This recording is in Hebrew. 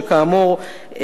שכאמור,